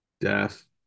Death